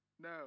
No